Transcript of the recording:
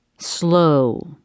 slow